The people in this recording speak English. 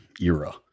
era